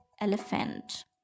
elephant